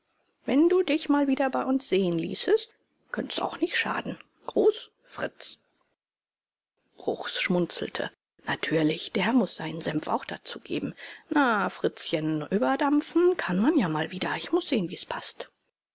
wenn du dich mal wieder bei uns sehen ließest könnt's auch nicht schaden gruß fritz bruchs schmunzelte natürlich der muß seinen senf auch dazugeben na fritzchen nüberdampfen kann man ja mal wieder ich muß sehen wie's paßt